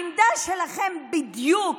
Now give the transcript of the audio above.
העמדה שלכם בדיוק